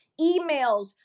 emails